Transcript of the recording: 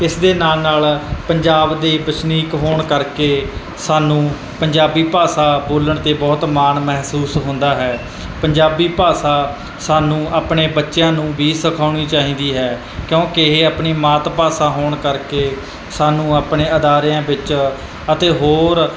ਇਸ ਦੇ ਨਾਲ ਨਾਲ ਪੰਜਾਬ ਦੇ ਵਸਨੀਕ ਹੋਣ ਕਰਕੇ ਸਾਨੂੰ ਪੰਜਾਬੀ ਭਾਸ਼ਾ ਬੋਲਣ 'ਤੇ ਬਹੁਤ ਮਾਣ ਮਹਿਸੂਸ ਹੁੰਦਾ ਹੈ ਪੰਜਾਬੀ ਭਾਸ਼ਾ ਸਾਨੂੰ ਆਪਣੇ ਬੱਚਿਆਂ ਨੂੰ ਵੀ ਸਿਖਾਉਣੀ ਚਾਹੀਦੀ ਹੈ ਕਿਉਂਕਿ ਇਹ ਆਪਣੀ ਮਾਤ ਭਾਸ਼ਾ ਹੋਣ ਕਰਕੇ ਸਾਨੂੰ ਆਪਣੇ ਅਦਾਰਿਆਂ ਵਿੱਚ ਅਤੇ ਹੋਰ